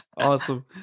Awesome